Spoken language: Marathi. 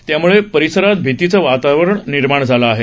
त्यामुळं परिसरात भीतीचं वातावरण निर्माण झाले आहे